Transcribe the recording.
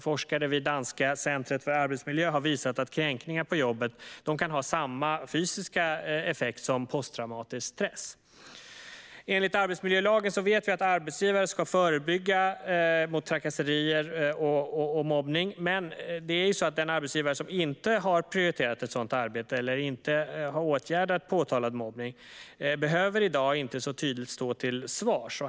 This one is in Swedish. Forskare vid det danska centret för arbetsmiljö har visat att kränkningar på jobbet kan ge samma fysiska effekt som posttraumatisk stress. Enligt arbetsmiljölagen ska arbetsgivare förebygga trakasserier och mobbning. Men den arbetsgivare som inte prioriterar ett sådant arbete eller åtgärdar påtalad mobbning behöver i dag inte stå till svars.